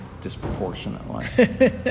disproportionately